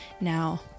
Now